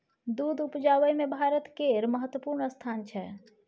दूध उपजाबै मे भारत केर महत्वपूर्ण स्थान छै